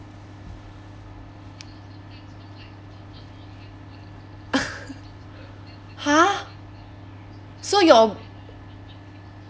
!huh! so your